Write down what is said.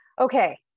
Okay